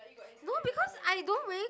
no because I don't really